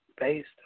based